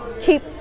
keep